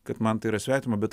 kad man tai yra svetima bet